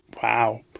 Wow